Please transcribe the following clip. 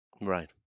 Right